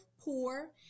poor